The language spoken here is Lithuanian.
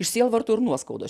iš sielvarto ir nuoskaudos